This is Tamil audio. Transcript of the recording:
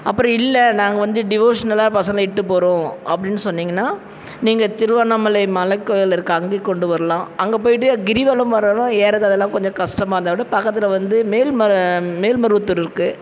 அப்புறம் இல்லை நாங்கள் வந்து டிவோஷ்னலாக பசங்களை இட்டு போகிறோம் அப்படின்னு சொன்னீங்கன்னா நீங்கள் திருவண்ணாமலை மலைக்கோயில் இருக்குது அங்கேயும் கொண்டு வரலாம் அங்கே போய்ட்டு கிரிவலம் வரலாம் ஏர்றது அதெல்லாம் கொஞ்சம் கஸ்டமாக இருந்தால் கூட பக்கத்தில் வந்து மேல்மரு மேல்மருவத்தூர் இருக்குது